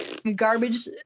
garbage